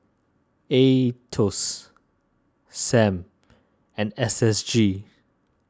Aetos Sam and S S G